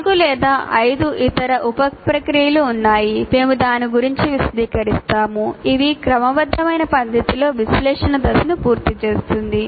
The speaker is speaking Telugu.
4 లేదా 5 ఇతర ఉప ప్రక్రియలు ఉన్నాయి మేము దాని గురించి విశదీకరిస్తాము ఇది క్రమబద్ధమైన పద్ధతిలో విశ్లేషణ దశను పూర్తి చేస్తుంది